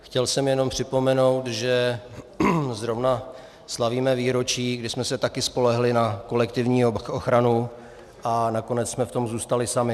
Chtěl jsem jenom připomenout, že zrovna slavíme výročí, kdy jsme se taky spolehli na kolektivní ochranu a nakonec jsme v tom zůstali sami.